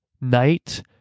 night